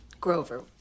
Grover